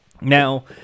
Now